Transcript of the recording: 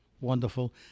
wonderful